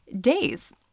days